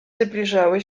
zbliżyły